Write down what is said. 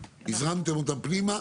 הזרמתם אותם פנימה,